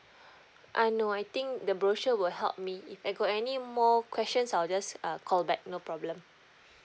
uh no I think the brochure will help me if I got any more questions I'll just uh call back no problem